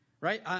right